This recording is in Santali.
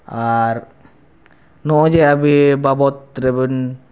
ᱟᱨ ᱱᱚᱜᱼᱚᱭ ᱡᱮ ᱟᱹᱵᱤᱱ ᱵᱟᱵᱚᱛ ᱨᱮᱵᱮᱱ